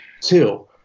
two